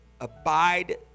Abide